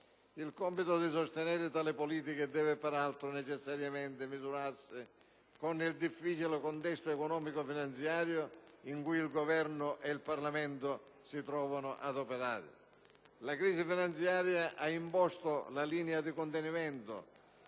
Il compito di sostenere tali politiche deve peraltro necessariamente misurarsi con il difficile contesto economico-finanziario in cui il Governo e il Parlamento si trovano ad operare. La crisi finanziaria ha imposto una linea di contenimento